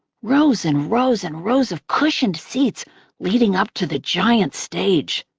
rows and rows and rows of cushioned seats leading up to the giant stage.